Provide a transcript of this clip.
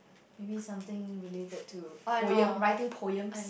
maybe something related to poem writing poems